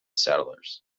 settlers